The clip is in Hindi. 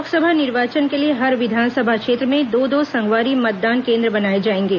लोकसभा निर्वाचन के लिए हर विधानसभा क्षेत्र में दो दो संगवारी मतदान केन्द्र बनाए जाएंगे